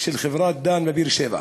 של חברת "דן" בבאר-שבע,